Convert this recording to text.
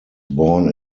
born